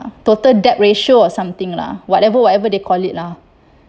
total debt ratio or something lah whatever whatever they call it lah